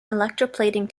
electroplating